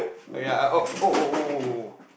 oh ya oh !woah! !woah! !woah! !woah!